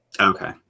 Okay